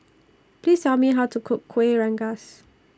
Please Tell Me How to Cook Kueh Rengas